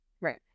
Right